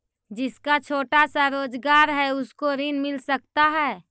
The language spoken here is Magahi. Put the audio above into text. जिसका छोटा सा रोजगार है उसको ऋण मिल सकता है?